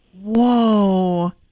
Whoa